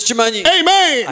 Amen